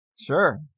Sure